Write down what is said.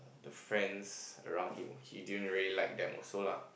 friends around him he didn't really like them also lah